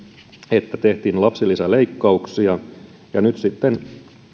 että tehtiin lapsilisäleikkauksia nyt sitten